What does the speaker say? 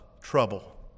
trouble